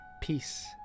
peace